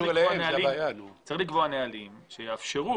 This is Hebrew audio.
צריך לקבוע נהלים שיאפשרו